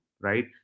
right